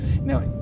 Now